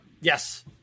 yes